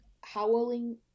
howling